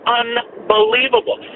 unbelievable